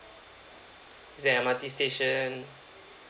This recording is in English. is there M_R_T station